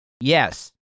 yes